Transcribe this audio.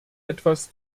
etwas